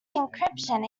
encryption